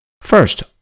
First